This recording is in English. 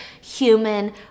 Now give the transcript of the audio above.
human